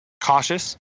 cautious